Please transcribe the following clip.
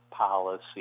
policy